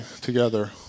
Together